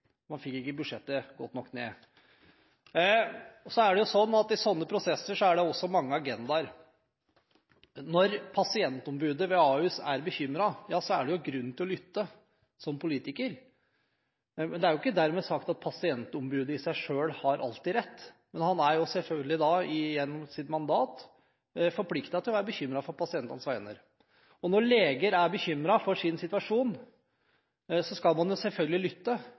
man da brukte for mye penger. Man fikk ikke budsjettet godt nok ned. Så er det sånn at i slike prosesser er det også mange agendaer. Når pasientombudet ved Ahus er bekymret, er det grunn til å lytte som politiker, men det er ikke dermed sagt at pasientombudet i seg selv alltid har rett, men han er jo selvfølgelig gjennom sitt mandat forpliktet til å være bekymret på pasientenes vegne. Når leger er bekymret for sin situasjon, skal man selvfølgelig lytte,